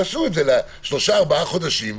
תעשו את זה לשלושה ארבעה חודשים,